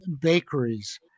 bakeries